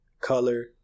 color